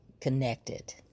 connected